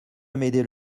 amédée